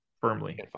firmly